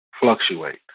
fluctuate